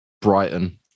Brighton